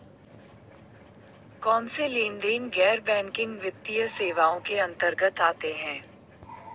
कौनसे लेनदेन गैर बैंकिंग वित्तीय सेवाओं के अंतर्गत आते हैं?